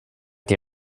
die